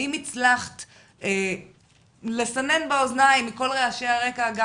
האם הצלחת לסנן את כל רעשי הרקע גם